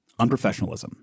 unprofessionalism